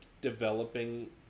developing